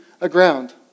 aground